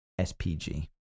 SPG